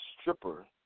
stripper